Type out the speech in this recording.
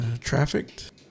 Trafficked